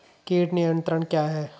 कीट नियंत्रण क्या है?